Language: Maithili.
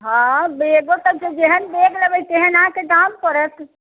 हँ बेगो तऽ छै जेहन बेग लेबै तेहन अहाँकेँ दाम पड़त